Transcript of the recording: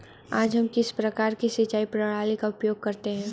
आज हम किस प्रकार की सिंचाई प्रणाली का उपयोग करते हैं?